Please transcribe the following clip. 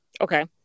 Okay